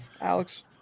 alex